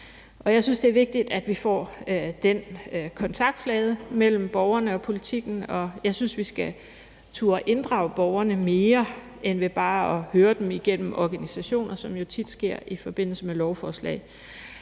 Jeg synes, det er vigtigt, at vi får den kontaktflade mellem borgerne og politikken, og jeg synes, vi skal turde inddrage borgerne mere end bare at høre dem igennem organisationer, som det jo tit sker i forbindelse med lovforslag.